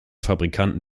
fabrikanten